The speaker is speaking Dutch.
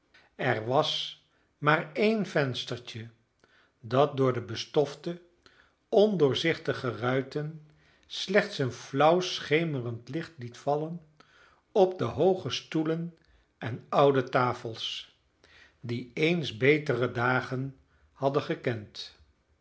er was maar een venstertje dat door de bestofte ondoorzichtige ruiten slechts een flauw schemerend licht liet vallen op de hooge stoelen en oude tafels die eens betere dagen hadden gekend